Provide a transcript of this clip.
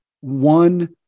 one